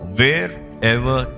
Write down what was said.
wherever